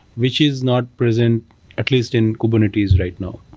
which is not present at least in kubernetes right now,